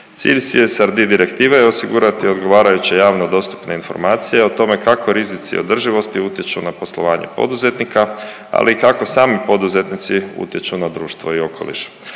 Cilj CSRD direktive je osigurati odgovarajuće javno dostupne informacije o tome kako rizici održivosti utječu na poslovanje poduzetnika, ali i kako sami poduzetnici utječu na društvo i okoliš.